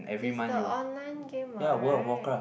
is the online game what right